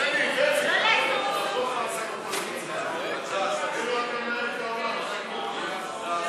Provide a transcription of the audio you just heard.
ההצעה להעביר את הנושא לוועדה לא נתקבלה.